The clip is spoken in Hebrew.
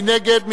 מי נגד?